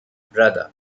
brother